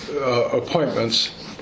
appointments